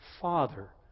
Father